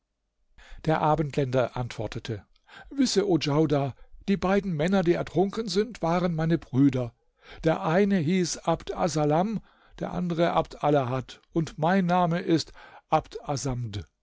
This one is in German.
der abendländer antwortete wisse o djaudar die beiden männer die ertrunken sind waren meine brüder der eine hieß abd assalam der andere abd alahad und mein name ist